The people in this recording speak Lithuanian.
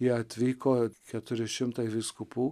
jie atvyko keturi šimtai vyskupų